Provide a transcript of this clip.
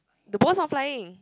the boss not flying